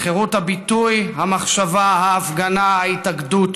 לחירות הביטוי, המחשבה, ההפגנה, ההתאגדות,